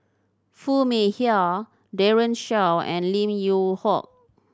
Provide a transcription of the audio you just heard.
Foo Mee Har Daren Shiau and Lim Yew Hock